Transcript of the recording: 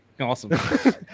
awesome